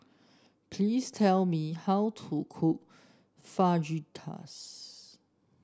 please tell me how to cook Fajitas